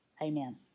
Amen